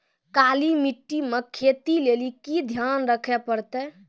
काली मिट्टी मे खेती लेली की ध्यान रखे परतै?